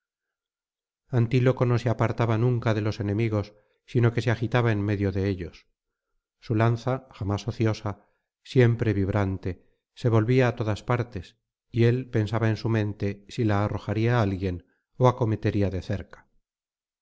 antíloco no se apartaba nunca de los enemigos sino que se agitaba en medio de ellos su lanza jamás ociosa siempre vibrante se volvía á todas partes y él pensaba en su mente si la arrojaría á alguien ó acometería de cerca